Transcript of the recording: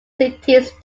cities